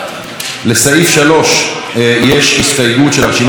לסעיף 3 יש הסתייגות של הרשימה המשותפת.